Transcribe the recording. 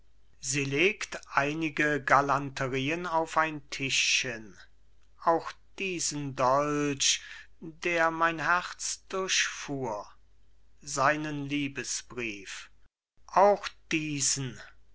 sie legt einige galanterien auf ein tischchen auch diesen dolch der mein herz durchfuhr seinen liebesbrief auch diesen